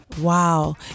Wow